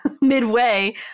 midway